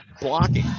blocking